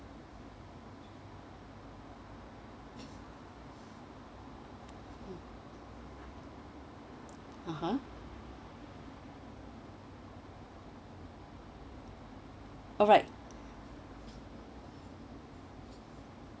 (uh huh) alright